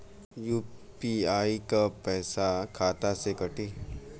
UPI क पैसा खाता से कटी?